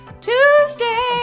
Tuesday